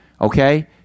Okay